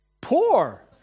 Poor